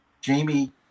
jamie